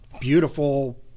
beautiful